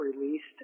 released